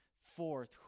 forth